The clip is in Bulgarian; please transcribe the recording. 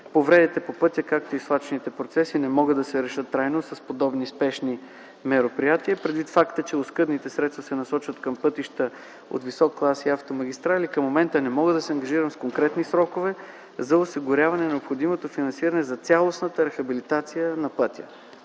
Повредите по пътя, както и свлачищните процеси не могат да се решат трайно с подобни спешни мероприятия, предвид факта, че оскъдните средства се насочват към пътища от висок клас и автомагистрали. Към момента не мога да се ангажирам с конкретни срокове за осигуряване на необходимото финансиране за цялостната рехабилитация на пътя.